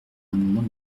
l’amendement